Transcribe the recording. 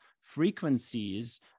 frequencies